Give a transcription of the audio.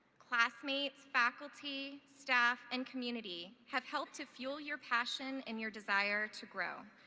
classmates, faculty, staff and community have helped to fuel your passion and your desire to grow.